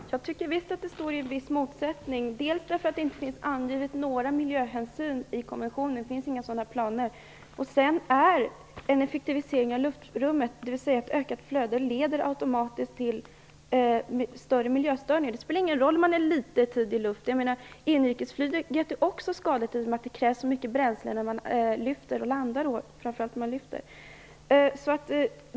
Herr talman! Jag tycker visst att det står i en viss motsättning. Det finns inte några miljöhänsyn angivna i konventionen. Det finns inga sådana planer. Dessutom leder en effektivisering av luftrummet, dvs. ett ökat flöde, automatiskt till större miljöstörningar. Det spelar ingen roll om man är litet tid i luften. Jag menar att inrikesflyget också är skadligt i och med att det krävs så mycket bränsle när man lyfter och landar, framför allt när man lyfter.